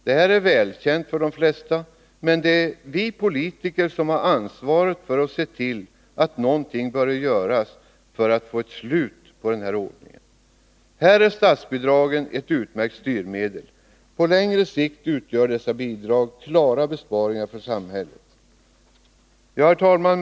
Detta är välkänt för de flesta, men det är vi politiker som har ansvaret för att se till att någonting görs för att få ett slut på detta förhållande. Här är statsbidragen ett utmärkt styrmedel. På längre sikt utgör dessa bidrag klara besparingar för samhället. Herr talman!